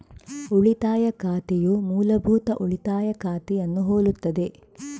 ಉಳಿತಾಯ ಖಾತೆಯು ಮೂಲಭೂತ ಉಳಿತಾಯ ಖಾತೆಯನ್ನು ಹೋಲುತ್ತದೆ